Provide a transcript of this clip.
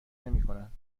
نمیکنند